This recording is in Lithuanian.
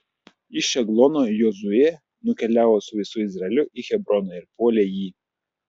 iš eglono jozuė nukeliavo su visu izraeliu į hebroną ir puolė jį